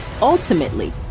ultimately